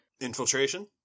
Infiltration